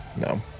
No